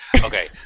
Okay